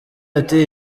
ati